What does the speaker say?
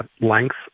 length